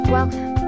Welcome